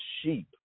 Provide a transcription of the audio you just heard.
sheep